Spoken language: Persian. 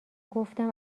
گفتم